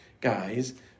guys